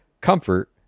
Comfort